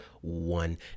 one